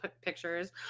pictures